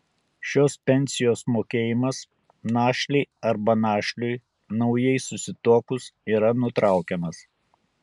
šios pensijos mokėjimas našlei arba našliui naujai susituokus yra nutraukiamas